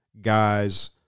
guys